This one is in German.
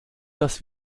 dass